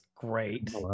great